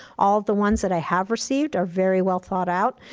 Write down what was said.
all of the ones that i have received are very well thought out.